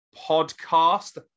podcast